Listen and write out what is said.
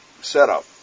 setup